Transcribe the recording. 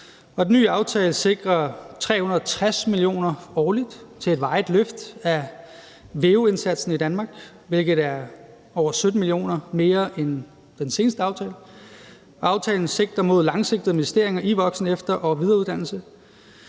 Den aftale sikrer 360 mio. kr. årligt til et varigt løft af veu-indsatsen i Danmark, hvilket er over 17 mio. kr. mere end i den seneste aftale. Aftalen sigter mod langsigtede investeringer i voksen-, efter- og videreuddannelse